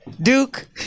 Duke